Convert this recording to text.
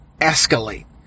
escalate